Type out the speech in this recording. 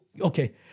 Okay